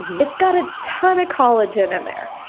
it's got a ton of collagen in there.